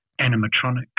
animatronic